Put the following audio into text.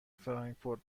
فرانکفورت